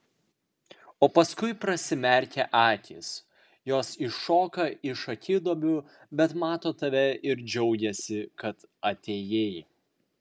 o paskui prasimerkia akys jos iššoka iš akiduobių bet mato tave ir džiaugiasi kad atėjai